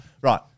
right